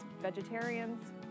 vegetarians